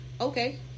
okay